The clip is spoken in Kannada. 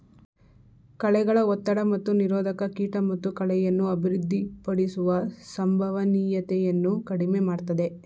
ಕಳೆಗಳ ಒತ್ತಡ ಮತ್ತು ನಿರೋಧಕ ಕೀಟ ಮತ್ತು ಕಳೆಯನ್ನು ಅಭಿವೃದ್ಧಿಪಡಿಸುವ ಸಂಭವನೀಯತೆಯನ್ನು ಕಡಿಮೆ ಮಾಡ್ತದೆ